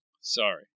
Sorry